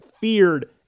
feared